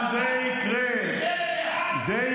בכלא בהאג --- אתה עוד תראה.